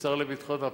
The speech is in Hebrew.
כשר לביטחון הפנים,